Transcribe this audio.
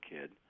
kid